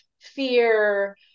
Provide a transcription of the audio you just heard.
fear